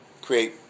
create